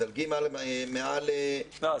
מדלגים מעל --- לא,